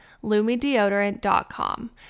lumideodorant.com